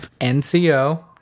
NCO